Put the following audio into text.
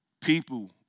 People